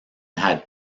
had